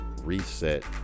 reset